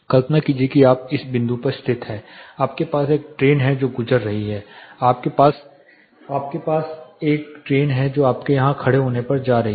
कल्पना कीजिए कि आप इस बिंदु पर स्थित हैं आपके पास एक ट्रेन है जो गुजर रही है आपके पास एक ट्रेन है जो आपके यहां खड़े होने पर जा रही है